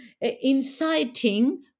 inciting